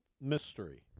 mystery